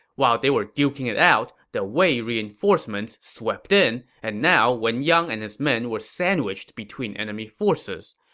while they were duking it out, the wei reinforcements swept in, and now wen yang and his men were sandwiched between enemy forces.